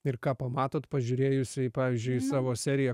ir ką pamatot pažiūrėjus į pavyzdžiui savo seriją